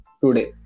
today